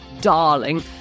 darling